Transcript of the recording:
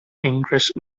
english